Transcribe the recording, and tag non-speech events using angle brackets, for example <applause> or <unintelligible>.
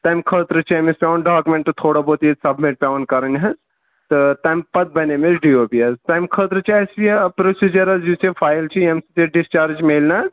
تَمہِ خٲطرٕ چھِ أمِس پٮ۪وان ڈاکِمٮ۪نٹ تھوڑا بہت ییٚتہِ سبمِٹ پٮ۪وان کَرٕنۍ حظ تہٕ تَمہِ پَتہٕ بَنہِ أمِس ڈی او بی حظ تَمہِ خٲطرٕ چھِ اَسہِ یہِ پرٛوسیٖجر حظ <unintelligible> فایل چھِ ییٚمہِ سۭتۍ یہِ ڈِسچارٕج میلہِ نا